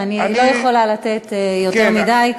ואני לא יכולה לתת יותר מדי,